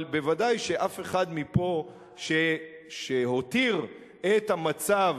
אבל ודאי שאף אחד פה שהותיר את המצב